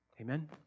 Amen